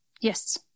Yes